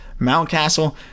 Mountcastle